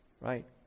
Right